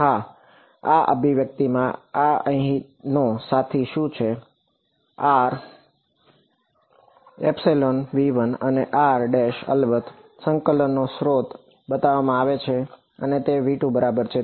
હા આ અભિવ્યક્તિમાં આ અહીંનો સાથી શું છે rV1અને r અલબત્ત સંકલનનો ક્ષેત્ર બતાવવામાં આવે છે અને તે V2બરાબર છે